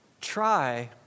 Try